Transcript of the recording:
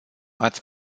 ați